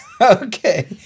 Okay